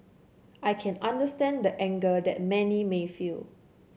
I can understand the anger that many may feel